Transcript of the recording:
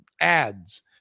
ads